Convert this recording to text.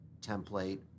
template